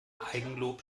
eigenlob